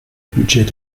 budget